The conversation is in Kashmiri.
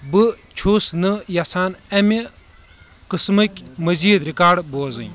بہٕ چھُس نہٕ یژھان اَمہِ قٔسمٕکۍ مٔزیٖد رِکارڈ بوزٕنۍ